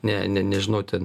ne ne nežinau ten